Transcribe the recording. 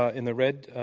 ah in the red